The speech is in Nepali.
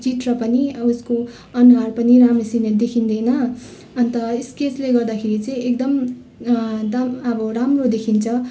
चित्र पनि उसको अनुहार पनि राम्रोसँग देखिँदैन अन्त स्केचले गर्दाखेरि चाहिँ एकदम दम अब राम्रो देखिन्छ